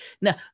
Now